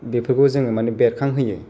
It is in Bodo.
बेफोरखौ जोङो माने बेरखांहोयो